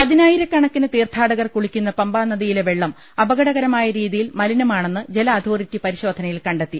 പതിനായിരക്കണക്കിന് തീർത്ഥാടകർ കുളിക്കുന്ന പമ്പാനദിയിലെ വെള്ളം അപകടകരമായ രീതിയിൽ മലിനമാണെന്ന് ജല അതോറിറ്റി പരി ശോധനയിൽ കണ്ടെത്തി